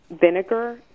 vinegar